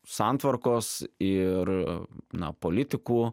santvarkos ir na politikų